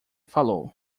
falou